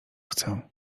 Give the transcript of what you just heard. chcę